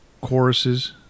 choruses